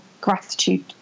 gratitude